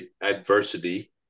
adversity